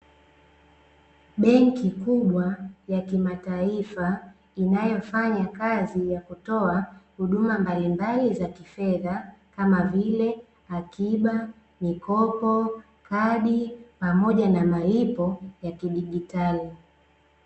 Benki kubwa ya kimataifa, inayofanya kazi ya kutoa huduma mbalimbali za kifedha, kama vile: akiba, mikopo, kadi, pamoja na malipo ya kidigitali.